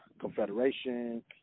confederation